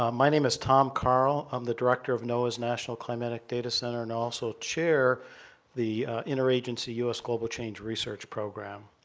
um my name is tom carl. i'm the director of noaa's national climatic data center and i also chair the interagency u s. global change research program.